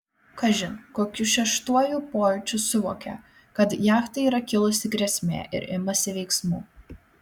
kažin kokiu šeštuoju pojūčiu suvokia kad jachtai yra kilusi grėsmė ir imasi veiksmų